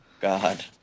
God